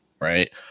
right